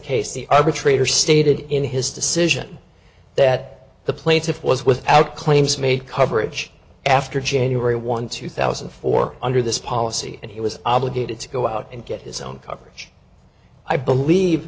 the arbitrator stated in his decision that the plaintiff was without claims made coverage after january one two thousand and four under this policy and he was obligated to go out and get his own coverage i believe